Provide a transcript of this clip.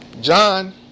John